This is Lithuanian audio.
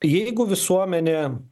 jeigu visuomenė